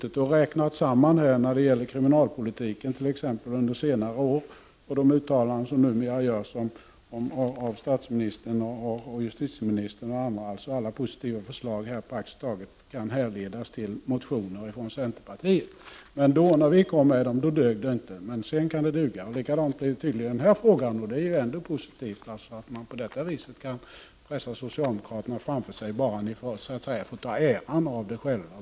I fråga om t.ex. kriminalpolitiken under senare år och de uttalanden som numera görs av statsministern, justitieministern och andra, har jag räknat ut att praktiskt taget alla positiva förslag kan härledas till motioner från centerpartiet. När vi kom med dessa förslag dög de inte, men sedan kan de duga. Och det blir tydligen likadant i denna fråga. Det är ju positivt att man på detta vis kan pressa socialdemokraterna framför sig bara de så att säga får ta åt sig äran själva.